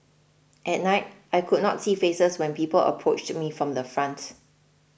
at night I could not see faces when people approached me from the front